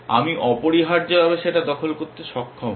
আমি অপরিহার্যভাবে সেটা দখল করতে সক্ষম হব